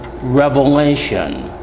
revelation